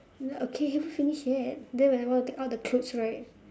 then okay haven't finish yet then when I want to take out the clothes right